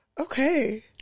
Okay